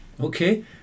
Okay